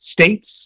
states